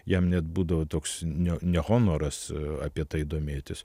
jam net būdavo toks nene honoras apie tai domėtis